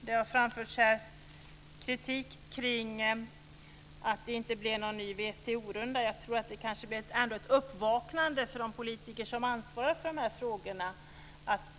Det har här framförts kritik mot att det inte blev någon ny WTO-runda. Jag tror att det ändå blev ett uppvaknande för de politiker som ansvarar för frågorna.